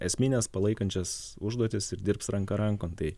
esmines palaikančias užduotis ir dirbs ranka rankon tai